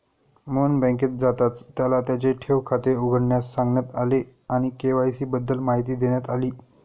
मोहन बँकेत जाताच त्याला त्याचे ठेव खाते उघडण्यास सांगण्यात आले आणि के.वाय.सी बद्दल माहिती देण्यात आली